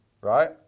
right